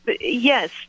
yes